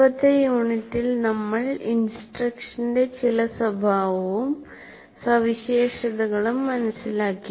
മുമ്പത്തെ യൂണിറ്റിൽ നമ്മൾ ഇൻസ്ട്രക്ഷന്റെ ചില സ്വഭാവവും സവിശേഷതകളും മനസ്സിലാക്കി